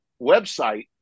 website